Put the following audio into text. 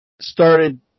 started